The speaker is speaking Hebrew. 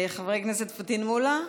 חבר הכנסת פטין מולא,